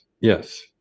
yes